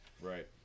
Right